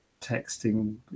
texting